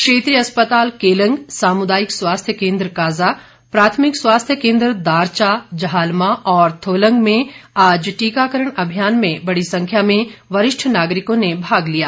क्षेत्रीय अस्पताल केलंग सामुदायिक स्वास्थ्य केन्द्र काजा प्राथमिक स्वास्थ्य केन्द्र दरचा जहालमा और थोलंग में आज टीकाकरण अभियान में बड़ी संख्या में वरिष्ठ नागरिकों ने भाग लिया